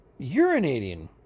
urinating